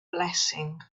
blessing